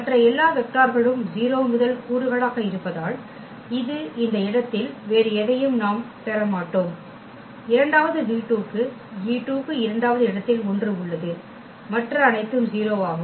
மற்ற எல்லா வெக்டார்களும் 0 முதல் கூறுகளாக இருப்பதால் இந்த இடத்தில் வேறு எதையும் நாம் பெற மாட்டோம் இரண்டாவது v2 க்கு e2 க்கு இரண்டாவது இடத்தில் 1 உள்ளது மற்ற அனைத்தும் 0 ஆகும்